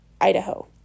Idaho